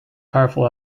powerful